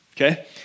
okay